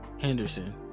Henderson